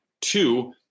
two